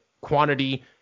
quantity